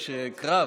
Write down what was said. יש קרב.